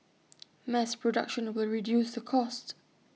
mass production will reduce the cost